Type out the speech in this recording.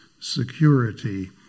security